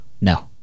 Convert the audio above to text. No